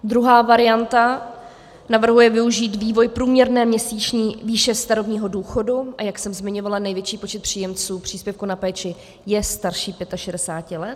Druhá varianta navrhuje využít vývoj průměrné měsíční výše starobního důchodu, a jak jsem zmiňovala, největší počet příjemců příspěvku na péči je starší 65 let.